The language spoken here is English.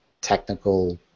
technical